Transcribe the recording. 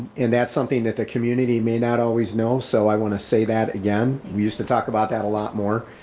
and that's something that the community may not always know. so i wanna say that, again, we used to talk about that a lot more.